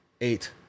Eight